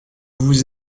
vous